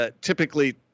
typically